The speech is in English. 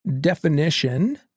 definition